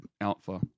alpha